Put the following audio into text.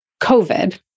COVID